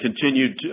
continued